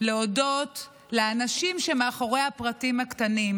אני רוצה להודות לאנשים שמאחורי הפרטים הקטנים: